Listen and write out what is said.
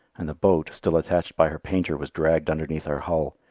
and the boat, still attached by her painter, was dragged underneath our hull,